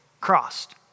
crossed